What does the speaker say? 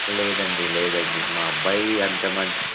లేదు అండి లేదు అండి మా అబ్బాయి అంత మంచి